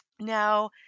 Now